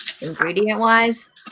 ingredient-wise